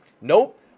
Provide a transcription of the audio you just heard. nope